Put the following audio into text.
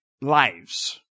lives